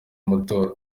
amatora